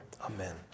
amen